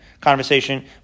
conversation